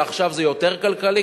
ועכשיו זה יותר כלכלי,